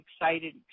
excited